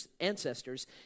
ancestors